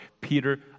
Peter